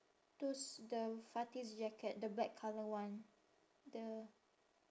those the fati's jacket the black colour one the